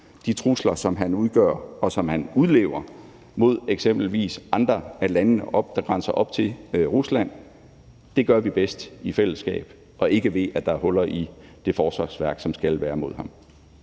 de trusler, som han udgør, og som han udlever mod eksempelvis andre af landene, der grænser op til Rusland, og det gør vi bedst i fællesskab, og ikke ved at der er huller i det forsvarsværk, som skal være mod ham.